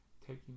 taking